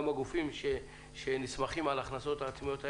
גם הגופים שנסמכים על ההכנסות העצמאיות האלה,